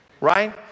right